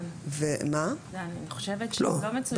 אני חושבת שזה לא מצוין.